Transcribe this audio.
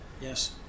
Yes